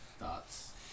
Thoughts